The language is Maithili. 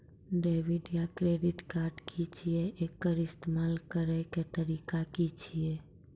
डेबिट या क्रेडिट कार्ड की छियै? एकर इस्तेमाल करैक तरीका की छियै?